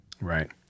Right